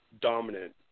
dominant